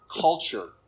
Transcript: culture